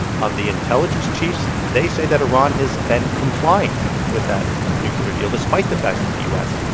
um the intelligence chiefs, they say that iran has been complying with that nuclear deal despite the fact that the u s.